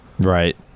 Right